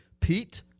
Pete